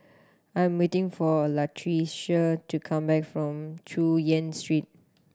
I'm waiting for Latricia to come back from Chu Yen Street